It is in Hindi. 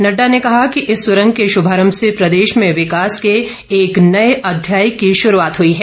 नड़डा ने कहा कि इस सुरंग को शुभारम्म से प्रदेश में विकास के एक नए अध्याय की शुरूआत हुई है